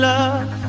Love